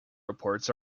reports